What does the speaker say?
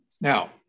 Now